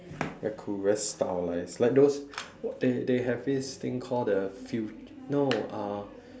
very cool very stylised like those they they have this thing called the fu~ no uh